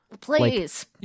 Please